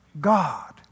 God